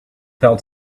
fell